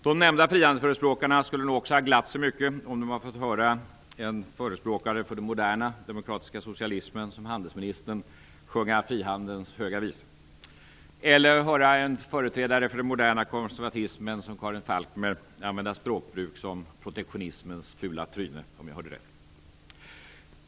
De nämnda frihandelsförespråkarna skulle nog också ha glatt sig mycket om de hade fått höra en förespråkare för den moderna demokratiska socialismen som handelsministern sjunga frihandelns Höga visa eller en företrädare för den moderna konservatismen som Karin Falkmer använda språkbruk som "protektionismens fula tryne".